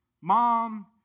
mom